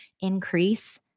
increase